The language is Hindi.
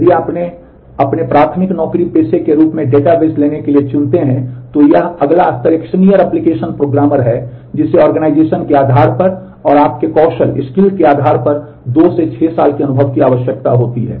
यदि आप अपने प्राथमिक नौकरी पेशे के रूप में डेटाबेस लेने के लिए चुनते हैं तो यह अगला स्तर एक सीनियर एप्लिकेशन प्रोग्रामर के आधार पर 2 से 6 साल के अनुभव की आवश्यकता होती है